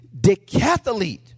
decathlete